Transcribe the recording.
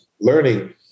learning